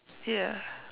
ya